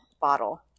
bottle